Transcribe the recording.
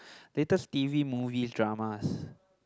latest t_v movies dramas